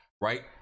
right